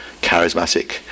charismatic